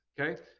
okay